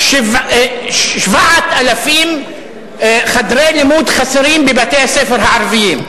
ש-7,000 חדרי לימוד חסרים בבתי-הספר הערביים,